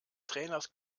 trainers